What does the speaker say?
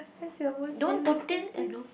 that's your most favourite canteen